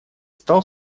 стал